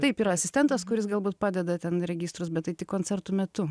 taip yra asistentas kuris galbūt padeda ten registrus bet tai tik koncertų metu